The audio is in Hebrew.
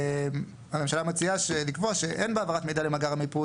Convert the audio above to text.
והממשלה מציעה לקבוע שאין בהעברת מידע למאגר המיפוי,